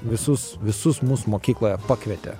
visus visus mus mokykloje pakvietė